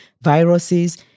viruses